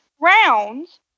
rounds